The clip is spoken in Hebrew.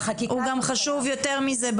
והוא גם חשוב יותר מזה,